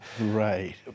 Right